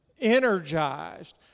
energized